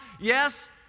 yes